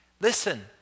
Listen